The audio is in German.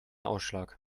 ausschlag